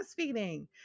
breastfeeding